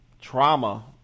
trauma